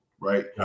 Right